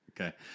Okay